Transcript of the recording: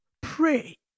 pray